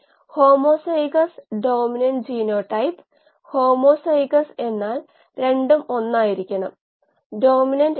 ഇന്നും അത് പൂർണ്ണമായി മനസ്സിലാകുന്നില്ല മാത്രമല്ല ഇത് ഒരു ഉറച്ച ശാസ്ത്രത്തിലേക്ക് കൊണ്ടുവരാൻ കൂടുതൽ പഠനങ്ങൾ നടത്തേണ്ടതുണ്ട്